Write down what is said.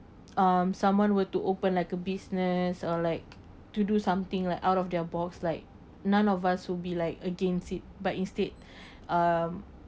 um someone were to open like a business or like to do something like out of their box like none of us will be like against it but instead um